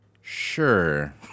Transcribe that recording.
Sure